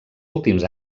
últims